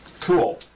Cool